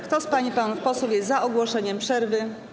Kto z pań i panów posłów jest za ogłoszeniem przerwy?